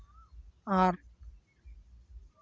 ᱟᱨ